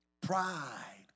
Pride